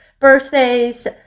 birthdays